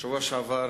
בשבוע שעבר